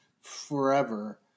forever